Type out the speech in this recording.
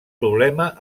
problema